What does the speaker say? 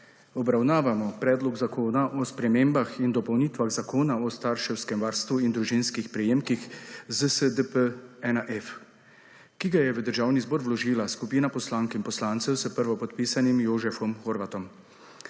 Obravnavamo predlog zakona o spremembah in dopolnitvah zakona o starševskem varstvu in družinskih prejemkih ZSDP-1F, ki ga je v Državni zbor vložila skupina poslank in poslancev s prvopodpisanim Jožefom Horvatom.